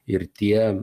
ir tie